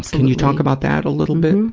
can you talk about that a little bit?